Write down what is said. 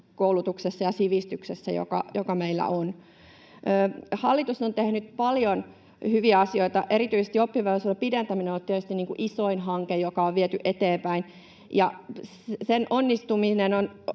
koulutuksessa ja sivistyksessä, joka meillä on. Hallitus on tehnyt paljon hyviä asioita. Erityisesti oppivelvollisuuden pidentäminen on ollut tietysti isoin hanke, joka on viety eteenpäin, ja se on